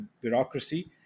bureaucracy